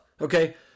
Okay